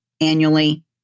annually